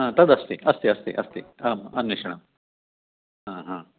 तदस्ति अस्ति अस्ति अस्ति आम् अन्वेषणम्